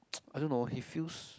I don't know he feels